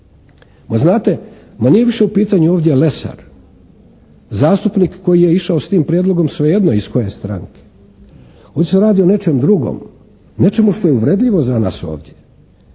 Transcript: Pa znate, ma nije više u pitanju ovdje Lesar, zastupnik koji je išao sa tim prijedlogom svejedno iz koje stranke. Ovdje se radi o nečem drugom ,nečemu što je uvredljivo za nas ovdje.